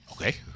Okay